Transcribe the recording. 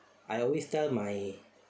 I always tell my